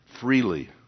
freely